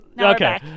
Okay